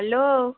hello